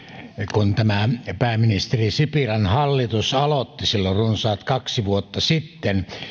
kun tämä pääministeri sipilän hallitus aloitti silloin runsaat kaksi vuotta sitten